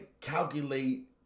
calculate